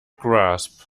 grasp